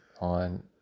on